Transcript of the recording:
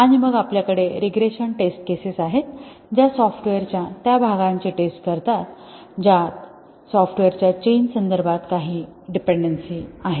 आणि मग आपल्या कडे रीग्रेशन टेस्ट केसेस आहेत ज्या सॉफ्टवेअरच्या त्या भागांची टेस्ट करतात ज्यात सॉफ्टवेअरच्या चेंज संदर्भात काही डिपेंडेन्सी आहे